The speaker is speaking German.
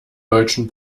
deutschen